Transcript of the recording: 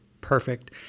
perfect